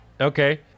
okay